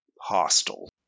hostile